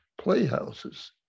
playhouses